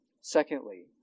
Secondly